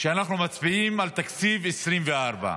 שאנחנו מצביעים על תקציב 2024,